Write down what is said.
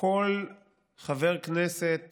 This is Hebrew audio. כל חבר כנסת